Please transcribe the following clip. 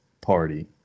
party